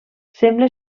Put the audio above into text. sembla